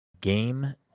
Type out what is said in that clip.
Game